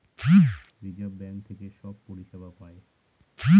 reserve bank থেকে সব পরিষেবা পায়